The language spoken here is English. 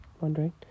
wondering